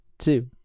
Two